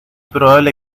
probable